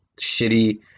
shitty